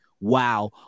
Wow